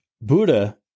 Buddha